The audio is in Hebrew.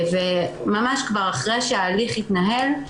ממש כבר אחרי שההליך התנהל,